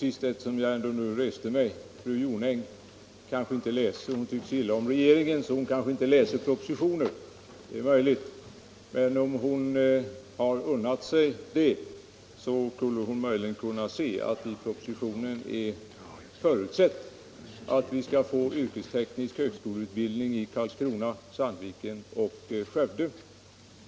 Fru Jonäng tycker så illa om regeringen att hon kanske inte läser propositioner. Det är möjligt. Men om hon unnat sig det skulle hon möjligen kunnat se att det i propositionen förutsetts att vi skall få yrkesteknisk högskoleutbildning i Karlskrona, Sandviken och Skövde.